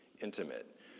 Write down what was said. intimate